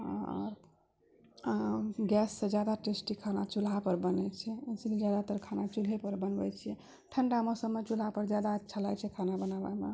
गैससँ जादा टेस्टी खाना चूल्हापर बनय छै इसलिये जादातर खाना चूल्हेपर बनबय छियै ठण्डा मौसममे चूल्हापर जादा अच्छा लगय छै खाना बनाबयमे